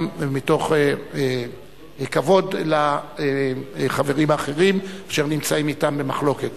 מתוך כבוד לחברים האחרים אשר נמצאים אתם במחלוקת.